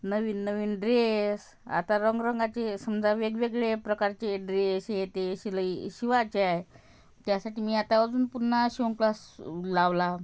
नवीन नवीन ड्रेस आता रंगरंगाचे सुंदर वेगवेगळे प्रकारचे ड्रेस हे ते शिलाई शिवायचे आहे त्यासाठी मी आता अजून पुन्हा शिवणक्लास लावला